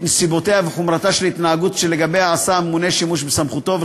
נסיבותיה וחומרתה של ההתנהגות שלגביה עשה הממונה שימוש בסמכותו,